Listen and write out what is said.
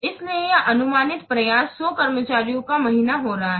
इसलिए यहां अनुमानित प्रयास 100 कर्मचारियों का महीना हो रहा है